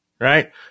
Right